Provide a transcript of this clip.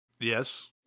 Yes